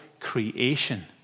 Creation